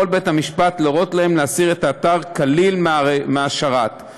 יכול בית-המשפט להורות להם להסיר את האתר מהשרת כליל.